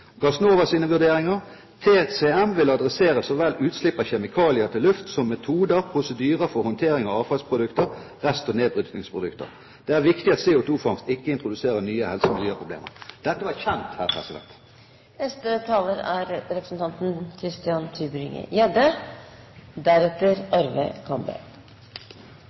vurderinger står det følgende: «TCM vil adressere så vel utslipp av kjemikalier til luft som metoder/prosedyrer for håndtering av avfallsprodukter, rest- og nedbrytningsprodukter. Det er viktig at CO2-fangst ikke introduserer nye helse- og miljøproblemer.» Dette var kjent. Først ønsker jeg å bemerke at det er